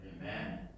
Amen